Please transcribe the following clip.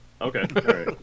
Okay